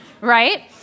right